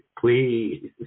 Please